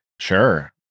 Sure